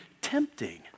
tempting